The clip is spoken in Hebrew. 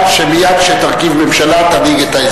אך באותה עת כבר לא נותר אף אחד שירים את קולו למעני.